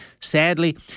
Sadly